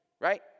right